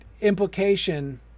implication